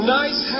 nice